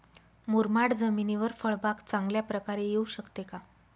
मुरमाड जमिनीवर फळबाग चांगल्या प्रकारे येऊ शकते का?